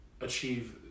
achieve